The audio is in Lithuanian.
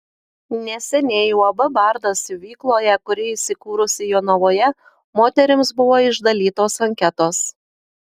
neseniai uab bardas siuvykloje kuri įsikūrusi jonavoje moterims buvo išdalytos anketos